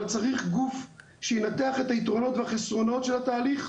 אבל צריך גוף שיבחן את היתרונות והחסרונות של התהליך,